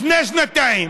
לפני שנתיים